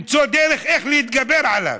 למצוא דרך איך להתגבר עליו,